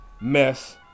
mess